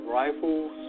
rifles